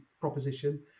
proposition